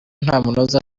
ntamunoza